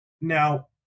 Now